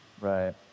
Right